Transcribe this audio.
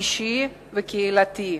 אישי וקהילתי,